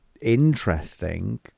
interesting